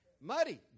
Muddy